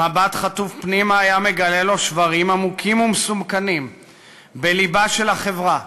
מבט חטוף פנימה היה מגלה לו שברים עמוקים ומסוכנים בלבה של החברה,